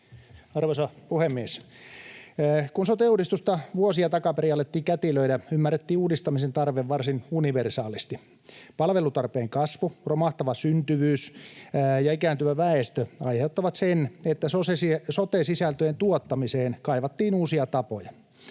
Arvoisa puhemies! Kun sote-uudistusta vuosia takaperin alettiin kätilöidä, ymmärrettiin uudistamisen tarve varsin universaalisti. Palvelutarpeen kasvu, romahtava syntyvyys ja ikääntyvä väestö aiheuttavat sen, että sote-sisältöjen tuottamiseen kaivattiin uusia tapoja.